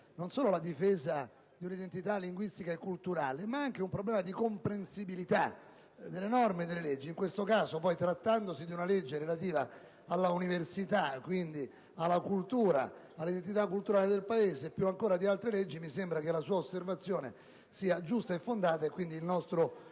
non solo la difesa di un'identità linguistica e culturale, ma anche un problema di comprensibilità delle norme e delle leggi. In questo caso, trattandosi di una legge relativa all'università, alla cultura e all'identità culturale del Paese, più ancora che per altre leggi mi sembra che l'osservazione del senatore sia giusta e fondata. Il nostro